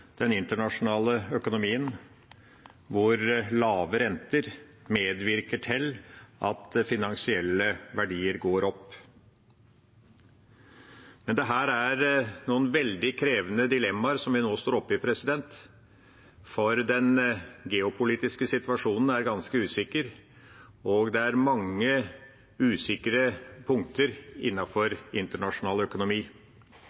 den internasjonale økonomien, hvor lave renter medvirker til at finansielle verdier går opp. Det er noen veldig krevende dilemmaer vi nå står oppe i, for den geopolitiske situasjonen er ganske usikker, og det er mange usikre punkter